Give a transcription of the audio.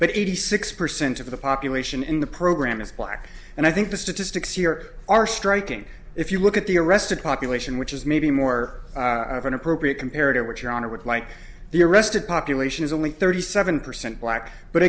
but eighty six percent of the population in the program is black and i think the statistics year are striking if you look at the arrested population which is maybe more of an appropriate comparative which your honor would like the arrested population is only thirty seven percent black but